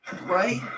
Right